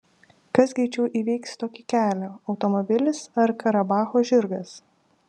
kas greičiau įveiks tokį kelią automobilis ar karabacho žirgas